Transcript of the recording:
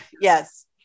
yes